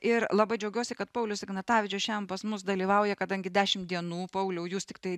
ir labai džiaugiuosi kad paulius ignatavičius šiandien pas mus dalyvauja kadangi dešim dienų pauliau jūs tiktai